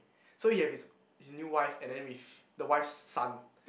so he have his his new wife and then with the wife's son